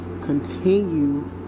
continue